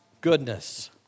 goodness